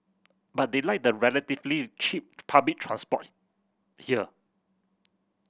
but they like the relatively cheap public transport here